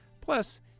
Plus